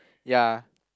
ya